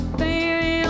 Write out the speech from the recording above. baby